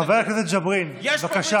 חבר הכנסת ג'בארין, בבקשה.